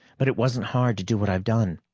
but it wasn't hard to do what i've done.